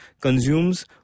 consumes